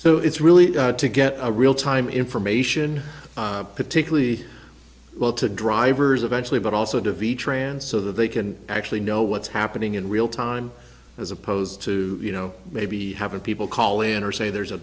so it's really to get a real time information particularly well to drivers eventually but also to be trans so that they can actually know what's happening in real time as opposed to you know maybe having people call in or say there's